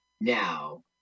now